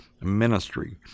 ministry